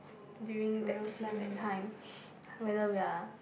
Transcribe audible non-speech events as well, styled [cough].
during that ph~ that time [noise] whether we are